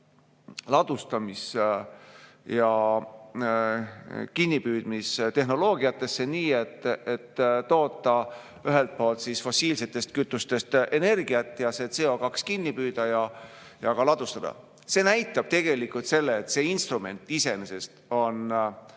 ladustamis‑ ja kinnipüüdmistehnoloogiasse, nii et toota fossiilsetest kütustest energiat, see CO2kinni püüda ja ka ladustada. See näitab tegelikult seda, et see instrument iseenesest on